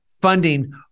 funding